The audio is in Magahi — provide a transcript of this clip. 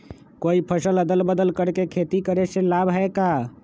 कोई फसल अदल बदल कर के खेती करे से लाभ है का?